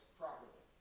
properly